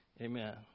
Amen